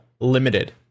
limited